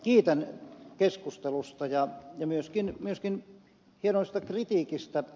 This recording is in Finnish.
kiitän keskustelusta ja myöskin hienosta kritiikistä